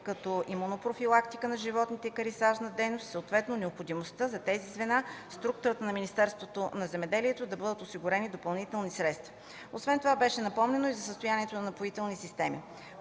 като имунопрофилактика на животните и екарисажна дейност, съответно необходимостта за тези звена в структурата на Министерството на земеделието да бъдат осигурени допълнителни средства. Освен това беше напомнено и за състоянието на „Напоителни системи”.